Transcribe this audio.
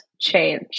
change